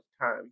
time